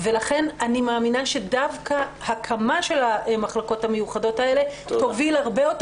לכן אני מאמינה שדווקא הקמה של המחלקות המיוחדות האלה תוביל הרבה יותר